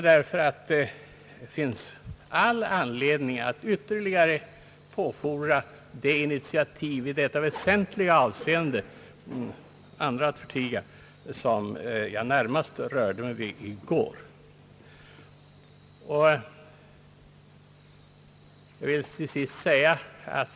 Därför finns all anledning att ytterligare påfordra de initiativ i detta viktiga avseende — andra att förtiga — som jag närmast berörde i går.